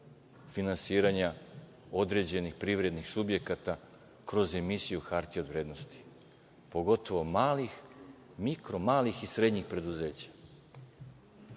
finansiranja određenih privrednih subjekata kroz emisiju hartija od vrednosti, pogotovo malih, mikro malih i srednjih preduzeća? Koji